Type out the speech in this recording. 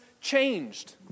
changed